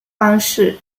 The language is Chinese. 方式